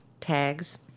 tags